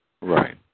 Right